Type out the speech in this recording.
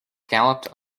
galloped